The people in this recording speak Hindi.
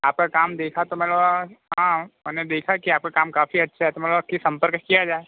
आपका काम देखा तो मैं बोला हाँ देखा कि आपका का काम काफ़ी अच्छा है तो मैं बोला कि संपर्क किया जाए